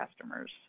customers